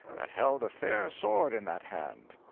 that held a fair sword in that hand.